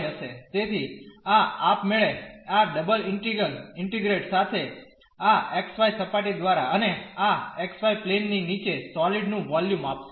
તેથી આ આપમેળે આ ડબલ ઇન્ટીગ્રલ ઇન્ટિગ્રેન્ડ સાથે આ xy સપાટી દ્વારા અને આ XY પ્લેન ની નીચે સોલીડ નું વોલ્યુમ આપશે